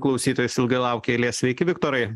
klausytoją jis ilgai laukė eilės sveiki viktorai